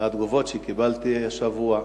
מהתגובות שקיבלתי השבוע.